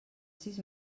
sis